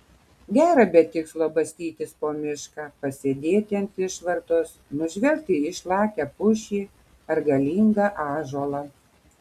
gera be tikslo bastytis po mišką pasėdėti ant išvartos nužvelgti išlakią pušį ar galingą ąžuolą